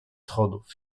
schodów